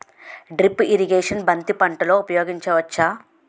Drip irrigation బంతి పంటలో ఊపయోగించచ్చ?